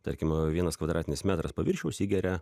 tarkim vienas kvadratinis metras paviršiaus įgeria